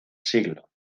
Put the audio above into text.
siglo